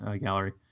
gallery